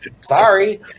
Sorry